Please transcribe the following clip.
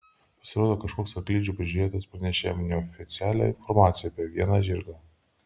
pasirodo kažkoks arklidžių prižiūrėtojas pranešė jam neoficialią informaciją apie vieną žirgą